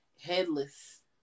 headless